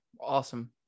awesome